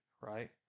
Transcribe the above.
right